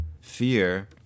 fear